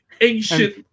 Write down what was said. ancient